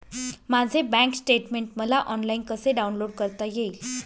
माझे bank statement मला online कसे डाउनलोड करता येईल?